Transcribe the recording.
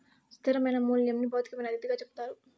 స్థిరమైన మూల్యంని భౌతికమైన అతిథిగా చెప్తారు